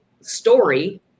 story